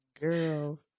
Girl